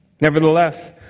Nevertheless